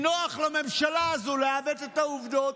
כי נוח לממשלה הזו לעוות את העובדות,